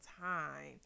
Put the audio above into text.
time